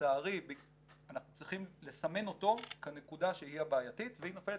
ולצערי אנחנו צריכים לסמן אותו כנקודה שהיא הבעייתית והיא נופלת,